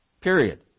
Period